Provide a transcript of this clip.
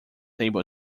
able